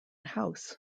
house